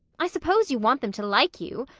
i suppose you want them to like you?